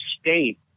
state